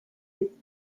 its